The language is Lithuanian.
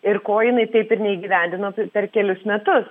ir ko jinai taip ir neįgyvendino per kelis metus